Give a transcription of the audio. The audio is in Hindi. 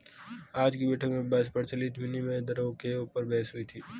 आज की बैठक में बस प्रचलित विनिमय दरों के ऊपर बहस हुई थी